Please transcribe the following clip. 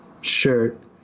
shirt